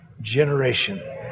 generation